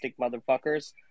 motherfuckers